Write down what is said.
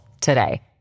today